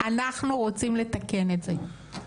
אנחנו רוצים לתקן את זה,